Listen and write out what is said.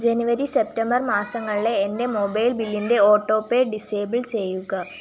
ജനുവരി September മാസങ്ങളിലെ എൻ്റെ mobile ബില്ലിൻ്റെ ഓട്ടോപേ ഡിസേബിൾ ചെയ്യുക